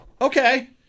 okay